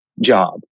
job